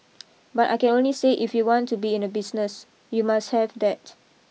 but I can only say if you want to be in a business you must have that